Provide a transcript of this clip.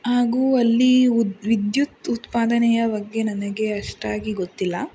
ಹಾಗು ಅಲ್ಲಿ ಉದ್ ವಿದ್ಯುತ್ ಉತ್ಪಾದನೆಯ ಬಗ್ಗೆ ನನಗೆ ಅಷ್ಟಾಗಿ ಗೊತ್ತಿಲ್ಲ